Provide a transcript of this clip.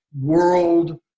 world